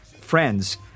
friends